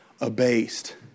abased